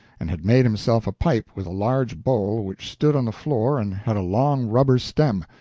and had made himself a pipe with a large bowl which stood on the floor and had a long rubber stem,